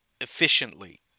efficiently